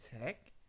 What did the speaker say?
Tech